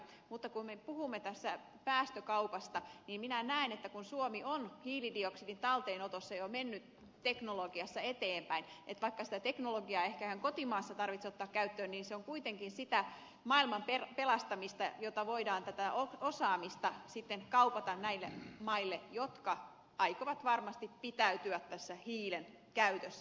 mutta kun me puhumme tässä päästökaupasta niin minä näen että kun suomi on hiilidioksidin talteenotossa jo mennyt teknologiassa eteenpäin niin vaikka sitä teknologiaa ei ehkä ihan kotimaassa tarvitse ottaa käyttöön se on kuitenkin sitä maailman pelastamista jota varten voidaan tätä osaamista sitten kaupata näille maille jotka aikovat varmasti pitäytyä tässä hiilen käytössä